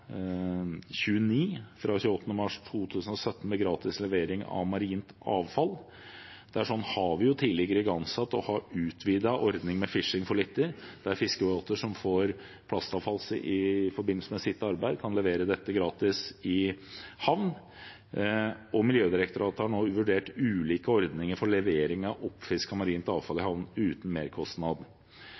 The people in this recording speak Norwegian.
fra 28. mars 2017 om gratis levering av marint avfall. Tidligere har vi igangsatt og utvidet ordningen med Fishing for Litter. Fiskeoppdrettere som får plastavfall i forbindelse med sitt arbeid, kan levere dette gratis i havn. Miljødirektoratet har nå vurdert ulike ordninger for levering av oppfisket marint avfall i havn uten merkostnad. Direktoratet har også fått – og det er mer